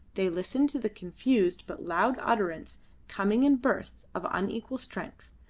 they listened to the confused but loud utterance coming in bursts of unequal strength,